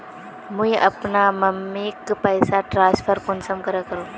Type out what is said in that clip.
मुई अपना मम्मीक पैसा ट्रांसफर कुंसम करे करूम?